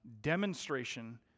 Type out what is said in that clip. demonstration